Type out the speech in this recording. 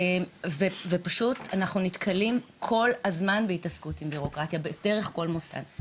אנחנו נתקלים בבירוקרטיה כל הזמן ודרך כל מוסד.